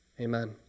Amen